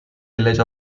village